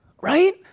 Right